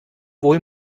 wohl